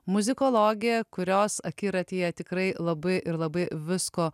muzikologė kurios akiratyje tikrai labai ir labai visko